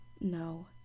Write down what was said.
no